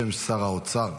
בשם שר האוצר.